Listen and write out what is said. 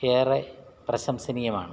ഏറെ പ്രശംസനീയമാണ്